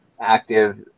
active